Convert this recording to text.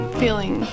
feeling